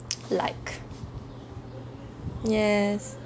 like yes